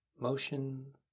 motion